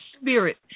spirit